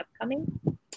upcoming